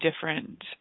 different